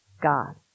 God